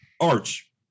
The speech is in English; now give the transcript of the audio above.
Arch